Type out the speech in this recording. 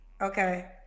okay